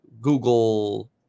Google